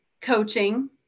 coaching